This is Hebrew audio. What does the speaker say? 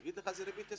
שזה ריבית הסכמית,